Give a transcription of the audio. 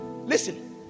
Listen